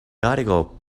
article